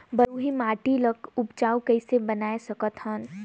बलुही माटी ल उपजाऊ कइसे बनाय सकत हन?